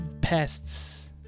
pests